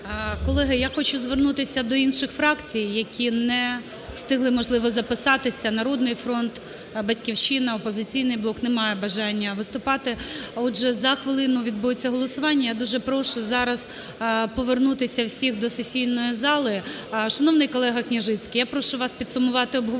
Колеги, я хочу звернутися до інших фракцій, які не встигли, можливо, записатися. "Народний фронт", "Батьківщина", "Опозиційний блок", немає бажання виступати? Отже, за хвилину відбудеться голосування. Я дуже прошу зараз повернутися всіх до сесійної зали. Шановний колега Княжицький, я прошу вас підсумувати обговорення.